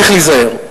צריך להיזהר,